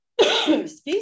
excuse